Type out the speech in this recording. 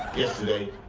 yesterday,